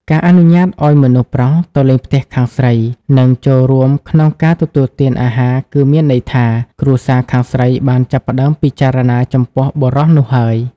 ការអនុញ្ញាតឲ្យមនុស្សប្រុសទៅលេងផ្ទះខាងស្រី និងចូលរួមក្នុងការទទួលទានអាហារ គឺមានន័យថា គ្រួសារខាងស្រីបានចាប់ផ្តើមពិចារណាចំពោះបុរសនោះហើយ។